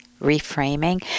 reframing